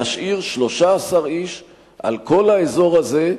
להשאיר 13 איש על כל האזור הזה,